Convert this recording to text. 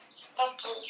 sticky